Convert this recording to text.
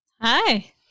Hi